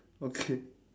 okay